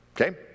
okay